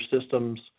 systems